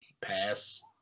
Pass